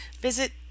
Visit